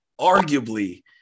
arguably